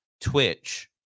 Twitch